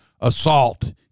assault